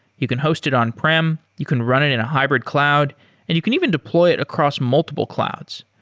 you can host it on-prem, you can run it in a hybrid cloud and you can even deploy it across multiple clouds.